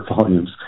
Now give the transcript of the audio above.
volumes